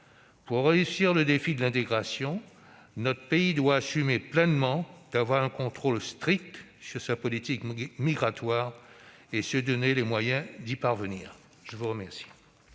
Pour réussir le défi de l'intégration, notre pays doit assumer pleinement d'exercer un contrôle strict sur sa politique migratoire et se donner les moyens d'y parvenir. La parole